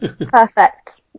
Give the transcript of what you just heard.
Perfect